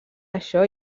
això